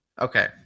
Okay